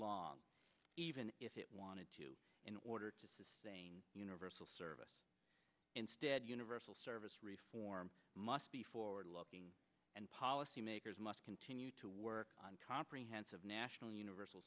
long even if it wanted to in order to sustain universal service instead universal service reform must be forward looking and policy makers must continue to work on comprehensive national universal